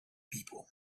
people